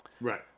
Right